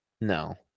no